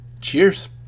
Cheers